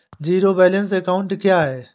Zero balance account क्या है?